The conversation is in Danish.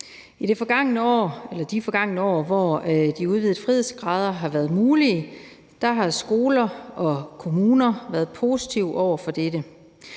I de forgangne år, hvor de udvidede frihedsgrader har været mulige, har skoler og kommuner været positive over for dette.